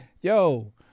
yo